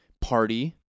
party